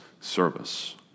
service